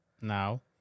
now